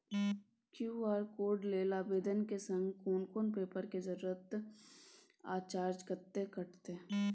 QR code लेल आवेदन के संग कोन कोन पेपर के जरूरत इ आ चार्ज कत्ते कटते?